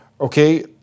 Okay